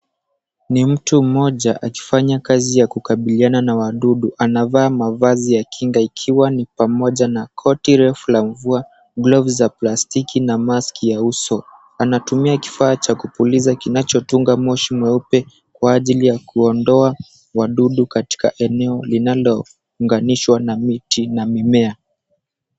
Ni mtu mmoja akifanya kazi ya kukabiliana na wadudu, anavaa mavazi ya kinga ikiwa ni pamoja na koti refu la mvua, glavu za plastiki na mask ya uso. Anatumia kifaa cha kupuliza kinachotunga moshi mweupe kwa ajili ya kuondoa wadudu katika eneo linalounganishwa na miti na mimea.